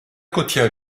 côtière